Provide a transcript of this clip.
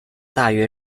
大约